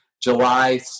July